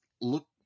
look